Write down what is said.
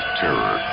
terror